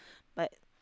but